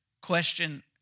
question